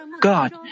God